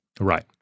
Right